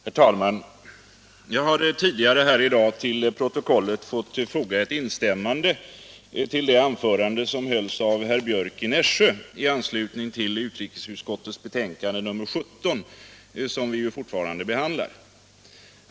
Herr talman! Jag har tidigare här i dag till protokollet fått foga ett instämmande i det anförande som hölls av herr Björck i Nässjö i an slutning till utrikesutskottets betänkande nr 17, som vi fortfarande behandlar.